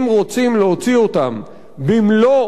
אם רוצים להוציא אותם במלוא